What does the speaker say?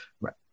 Right